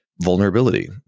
vulnerability